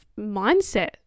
mindset